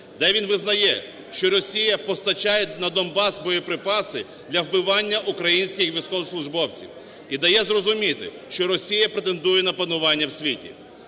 де він визнає, що Росія постачає на Донбас боєприпаси для вбивання українських військовослужбовців, і дає зрозуміти, що Росія претендує на панування в світі.